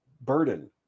burden